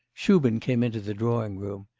shubin came into the drawing-room.